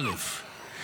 א.